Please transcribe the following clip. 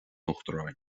uachtaráin